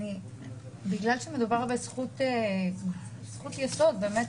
בגלל שמדובר בזכות יסוד באמת,